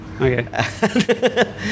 Okay